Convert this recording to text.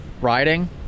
riding